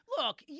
Look